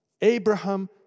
Abraham